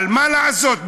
אבל מה לעשות,